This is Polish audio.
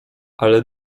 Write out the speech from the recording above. ale